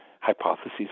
hypotheses